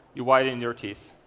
you whiten in your teeth.